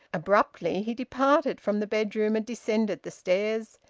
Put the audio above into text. abruptly he departed from the bedroom and descended the stairs,